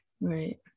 Right